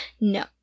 No